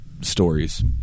stories